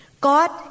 God